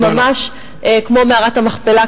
ממש כמו מערת המכפלה,